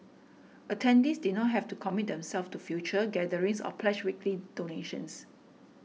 attendees did not have to commit themselves to future gatherings or pledge weekly donations